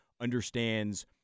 understands